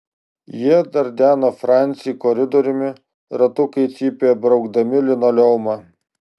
jie dardeno francį koridoriumi ratukai cypė braukdami linoleumą